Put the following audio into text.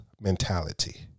mentality